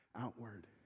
outward